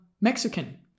Mexican